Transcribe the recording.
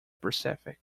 pacific